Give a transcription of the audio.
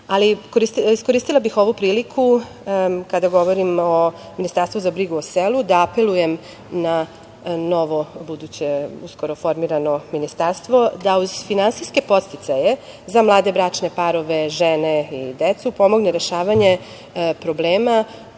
praksi. Iskoristila bih ovu priliku, kada govorim o ministarstvu za brigu o selu, da apelujem na novo, buduće formirano ministarstvo da uz finansijske podsticaje za mlade bračne parove, žene i decu pomogne rešavanje problema